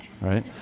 right